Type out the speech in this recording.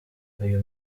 uyu